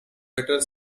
better